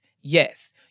Yes